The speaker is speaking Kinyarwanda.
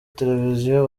televiziyo